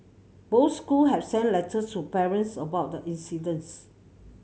both school have sent letters to parents about the incidents